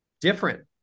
different